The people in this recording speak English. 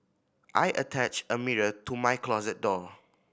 I attached a mirror to my closet door